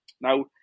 Now